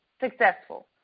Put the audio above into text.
successful